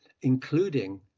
including